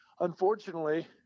unfortunately